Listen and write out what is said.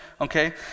okay